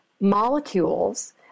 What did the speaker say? molecules